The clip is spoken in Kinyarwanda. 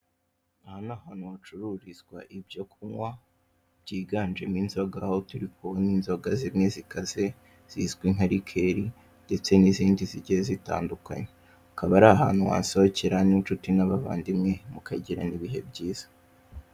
Aha ni ahantu hacururizwa ibyo kunywa byiganjemo inzoga, aho turi kubona inzoga zimwe zikaze zizwi nka rikeri ndetse n'izindi zigiye zitandukanye. Hakaba ari ahantu wasohokera n'inshuti n'abavandimwe, mukagirana ibihe byiza.